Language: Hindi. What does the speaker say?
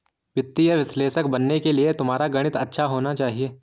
वित्तीय विश्लेषक बनने के लिए तुम्हारा गणित अच्छा होना चाहिए